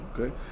Okay